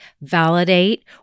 validate